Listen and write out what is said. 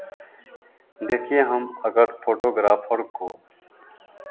देखिए हम अगर फोटोग्राफर को